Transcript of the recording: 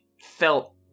felt